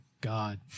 God